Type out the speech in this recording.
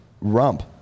Rump